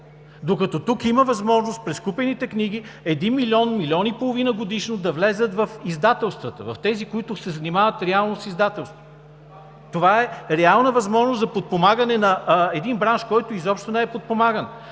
Докато тук има възможност през купените книги един милион – милион и половина годишно да влязат в издателствата, в тези, които се занимават реално с издателство. Реална възможност за подпомагане на един бранш, който изобщо не е подпомаган.